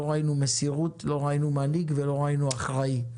לא ראינו מסירות, לא ראינו מנהיג ולא ראינו אחראי,